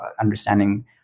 understanding